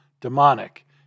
demonic